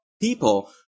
people